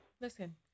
listen